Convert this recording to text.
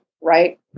right